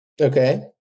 Okay